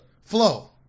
Flow